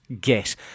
get